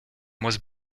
was